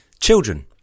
children